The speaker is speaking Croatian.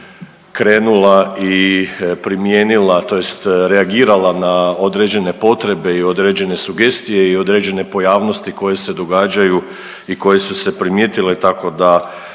krenula i primijenila tj. reagirala na određene potrebe i određene sugestije i određene pojavnosti koje se događaju i koje su se primijetile tako da